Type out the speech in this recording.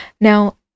Now